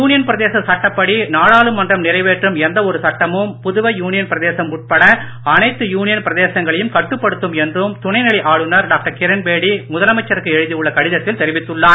union பிரதேச சட்டப்படி நாடாளுமன்றம் நிறைவேற்றும் எந்த ஒரு சட்டமும் புதுவை யூனியன் பிரதேசம் உட்பட அனைத்து யூனியன் பிரதேசங்களையும் கட்டுப்படுத்தும் என்றும் துணை நிலை ஆளுநர் டாக்டர் கிரண்பேடி முதலமைச்சருக்கு எழுதி உள்ள கடிதத்தில் தெரிவித்துள்ளார்